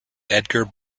edgar